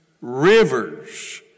Rivers